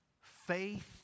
Faith